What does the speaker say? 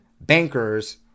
bankers